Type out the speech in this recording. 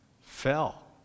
fell